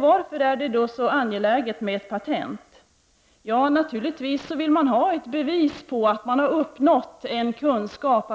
Varför är det så angeläget med ett patent? Jo, naturligtvis vill man ha ett bevis på att man har uppnått en kunskap,